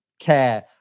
care